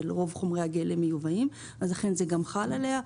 שרוב חומרי הגלם שלה מיובאים ולכן זה חל גם עליה.